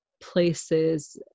places